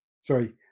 sorry